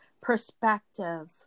perspective